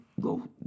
go